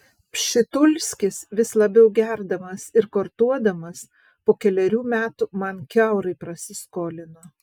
pšitulskis vis labiau gerdamas ir kortuodamas po kelerių metų man kiaurai prasiskolino